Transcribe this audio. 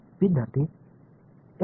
विद्यार्थीः